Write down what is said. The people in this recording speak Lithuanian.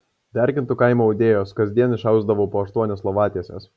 derkintų kaimo audėjos kasdien išausdavau po aštuonias lovatieses